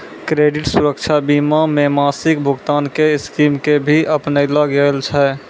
credit सुरक्षा बीमा मे मासिक भुगतान के स्कीम के भी अपनैलो गेल छै